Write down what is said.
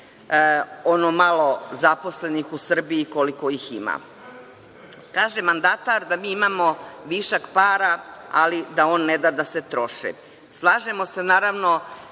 ono malo zaposlenih u Srbiji koliko ih ima. Kaže mandatar da mi imamo višak para, ali da on ne da da se troše. Slažemo se, naravno,